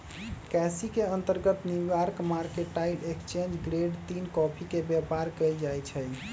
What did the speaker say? केसी के अंतर्गत New York mercantile exchange grade तीन कॉफी के व्यापार कएल जाइ छइ